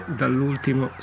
dall'ultimo